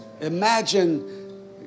Imagine